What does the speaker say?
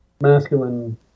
masculine